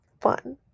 fun